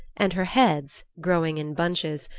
and her heads, growing in bunches,